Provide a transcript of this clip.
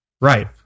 right